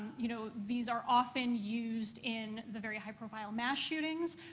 you know, these are often used in the very high-profile mass shootings.